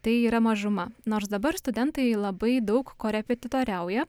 tai yra mažuma nors dabar studentai labai daug korepetitoriauja